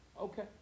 Okay